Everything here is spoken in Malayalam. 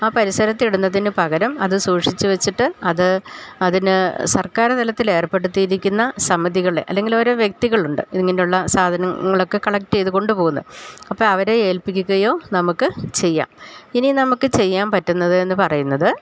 ആ പരിസരത്തിൽ ഇടുന്നതിന് പകരം അത് സൂക്ഷിച്ച് വെച്ചിട്ട് അത് അതിന് സർക്കാര് തലത്തിലെർപ്പെടുത്തിയിരിക്കുന്ന സമതികളെ അല്ലെങ്കിൽ ഓരോ വ്യക്തികളുണ്ട് ഇങ്ങനെയുള്ള സാധനങ്ങളൊക്കെ കളക്റ്റ് ചെയ്ത് കൊണ്ട് പോകുന്നെ അപ്പോൾ അവരെ ഏൽപ്പിക്കുകയോ നമുക്ക് ചെയ്യാം ഇനി നമുക്ക് ചെയ്യാൻ പറ്റുന്നത് എന്ന് പറയുന്നത്